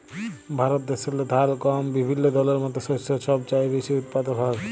ভারত দ্যাশেল্লে ধাল, গহম বিভিল্য দলের মত শস্য ছব চাঁয়ে বেশি উৎপাদল হ্যয়